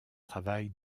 travail